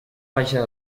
vaja